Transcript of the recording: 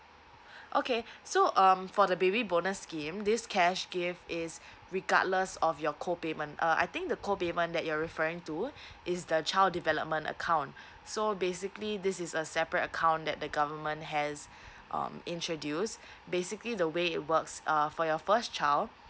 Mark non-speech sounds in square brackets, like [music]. okay so um for the baby bonus scheme this cash gift is regardless of your co payment uh I think the co payment that you're referring to [breath] is the child development account [breath] so basically this is a separate account that the government has [breath] um introduce basically the way it works err for your first child